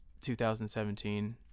2017